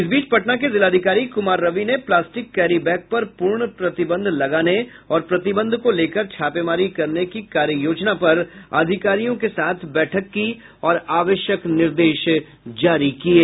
इस बीच पटना के जिलाधिकारी कुमार रवि ने प्लास्टिक कैरी बैग पर पूर्ण प्रतिबंध लगाने और प्रतिबंध को लेकर छापेमारी करने की कार्ययोजना पर अधिकारियों के साथ बैठक की और आवश्यक निर्देश दिये